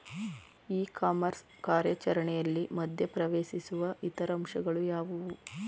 E commerce ಕಾರ್ಯಾಚರಣೆಯಲ್ಲಿ ಮಧ್ಯ ಪ್ರವೇಶಿಸುವ ಇತರ ಅಂಶಗಳು ಯಾವುವು?